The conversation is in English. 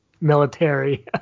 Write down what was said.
military